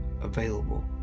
available